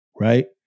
right